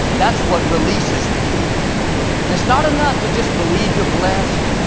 that's what releases the healing. and it's not enough to just believe you're blessed,